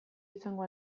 izango